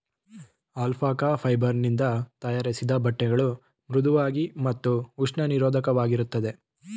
alpaca fibre ನಿಂದ ತಯಾರಿಸಿದ ಬಟ್ಟೆಗಳು ಮೃಧುವಾಗಿ ಮತ್ತು ಉಷ್ಣ ನಿರೋಧಕವಾಗಿರುತ್ತದೆ